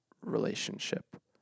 relationship